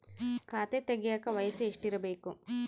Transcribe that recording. ಖಾತೆ ತೆಗೆಯಕ ವಯಸ್ಸು ಎಷ್ಟಿರಬೇಕು?